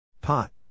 Pot